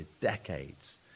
decades